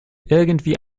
irgendwie